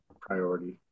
priority